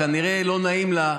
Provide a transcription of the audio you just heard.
כנראה לא נעים לה,